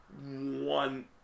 one